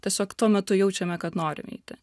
tiesiog tuo metu jaučiame kad norim eiti